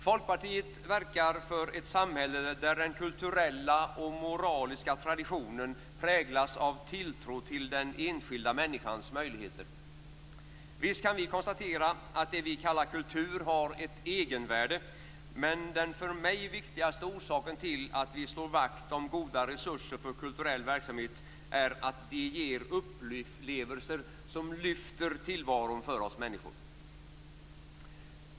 Folkpartiet verkar för ett samhälle där den kulturella och moraliska traditionen präglas av tilltro till den enskilda människans möjligheter. Visst kan vi konstatera att det vi kallar kultur har ett egenvärde, men den för mig viktigaste orsaken till att vi slår vakt om goda resurser för kulturell verksamhet är att de ger upplevelser som lyfter tillvaron för oss människor.